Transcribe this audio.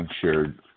shared